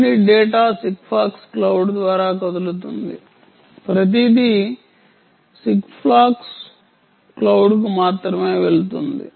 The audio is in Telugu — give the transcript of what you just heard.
అన్ని డేటా సిగ్ఫాక్స్ క్లౌడ్ ద్వారా కదులుతుంది ప్రతిదీ సిగ్ఫాక్స్ క్లౌడ్కు మాత్రమే వెళుతుంది